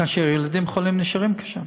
כאשר ילדים חולים נשארים שם.